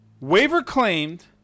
waiver-claimed